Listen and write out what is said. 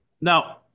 now